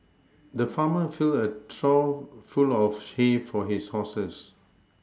the farmer filled a trough full of hay for his horses